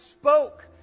spoke